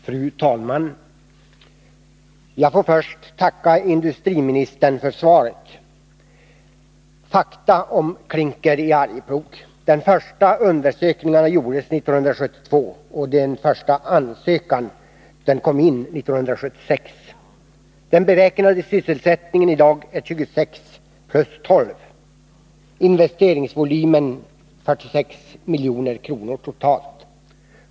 Fru talman! Jag får först tacka industriministern för svaret. Låt mig redogöra för fakta om klinker i Arjeplog. Den första undersökningen gjordes 1972. Den första ansökan kom in 1976. Det planerade bolaget beräknas i dag ge sysselsättning åt 26 plus 12 personer. Investeringsvolymen beräknas till 46 milj.kr. totalt.